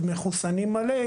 מחוסנים מלא,